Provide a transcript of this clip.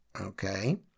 okay